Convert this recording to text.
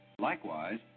Likewise